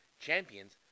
champions